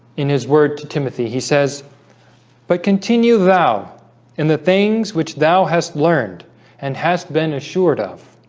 in his word to timothy he says but continue thou in the things which thou has learned and has been assured of